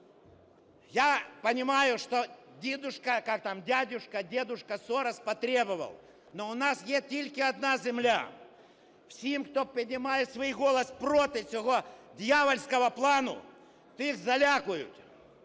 Я понимаю, что, как там, дядюшка, дедушка Сорос потребовал, но у нас є тільки одна земля. Всім, хто піднімає свій голос проти цього диявольського плану, тих залякують,